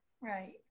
Right